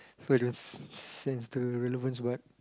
sorry it was sense the relevance what